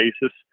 basis